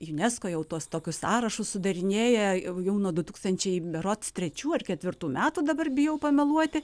junesko jau tuos tokius sąrašus sudarinėja jau jau nuo du tūkstančiai berods trečių ar ketvirtų metų dabar bijau pameluoti